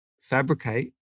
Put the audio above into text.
fabricate